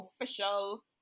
official